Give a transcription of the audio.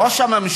הוא שראש הממשלה,